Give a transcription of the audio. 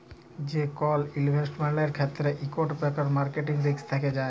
যে কল ইলভেসেটমেল্টের ক্ষেত্রে ইকট ক্যরে মার্কেট রিস্ক থ্যাকে যায়